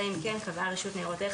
אלא אם כן קבעה רשות ניירות ערך,